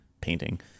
painting